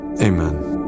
amen